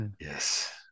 Yes